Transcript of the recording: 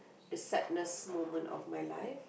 the sadness moment of my life